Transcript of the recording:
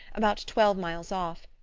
about twelve miles off.